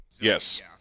Yes